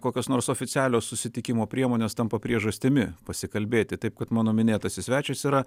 kokios nors oficialios susitikimo priemonės tampa priežastimi pasikalbėti taip kad mano minėtasis svečias yra